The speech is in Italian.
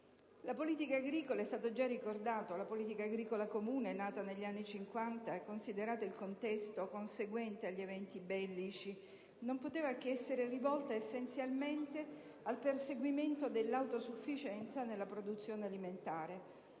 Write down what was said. italiana non sia in buona salute. La politica agricola comune, nata negli anni '50, considerato il contesto conseguente agli eventi bellici, non poteva che essere rivolta essenzialmente al perseguimento dell'autosufficienza nella produzione alimentare.